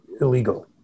illegal